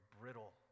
brittle